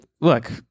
look